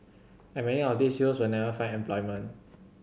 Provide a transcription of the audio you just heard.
and many of these youth will never find employment